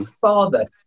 father